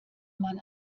man